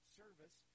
service